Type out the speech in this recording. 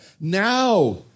now